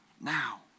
now